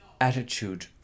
attitude